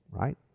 Right